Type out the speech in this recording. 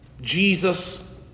Jesus